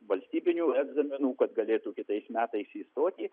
valstybinių egzaminų kad galėtų kitais metais įstoti